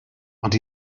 ond